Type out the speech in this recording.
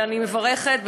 ואני מברכת,